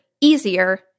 easier